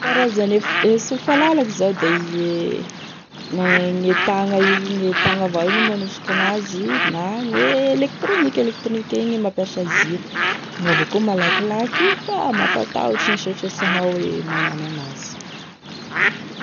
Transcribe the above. E karazany e sofa lalako zao da e gne tagna io gne tagna avao gne magnosiky an'azy na gne électronique électronique igny e mampiasa ziro, igny avao koa malakilaky igny fa mampatahotry igny satria sy anao e magnano an'azy.